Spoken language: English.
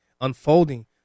unfolding